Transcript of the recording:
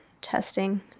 testing